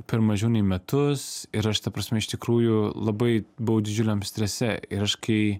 per mažiau nei metus ir aš ta prasme iš tikrųjų labai buvau didžiuliam strese ir aš kai